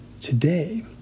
Today